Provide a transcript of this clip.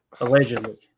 Allegedly